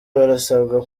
barasabwa